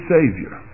Savior